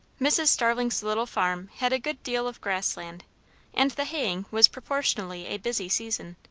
mrs. starling's little farm had a good deal of grass land and the haying was proportionally a busy season.